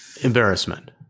Embarrassment